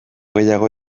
gehiago